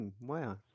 Wow